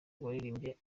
waririmbye